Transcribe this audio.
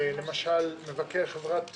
למשל עם מבקר חברת "טבע",